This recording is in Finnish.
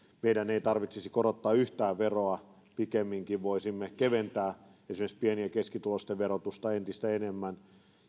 meidän ei tarvitsisi korottaa yhtään veroja pikemminkin voisimme keventää esimerkiksi pieni ja keskituloisten verotusta entistä enemmän